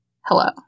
Hello